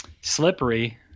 slippery